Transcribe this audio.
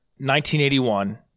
1981